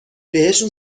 بهشون